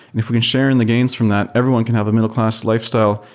if we can share in the gains from that, everyone can have a middleclass lifestyle.